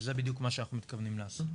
וזה בדיוק מה שאנחנו מתכוונים לעשות.